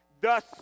Thus